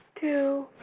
two